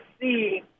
see